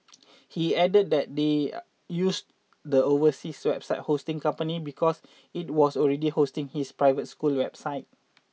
he added that they used the overseas website hosting company because it was already hosting his private school's website